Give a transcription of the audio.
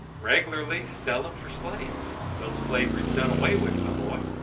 reg'larly sell em for slaves, though slavery's done away with, my boy.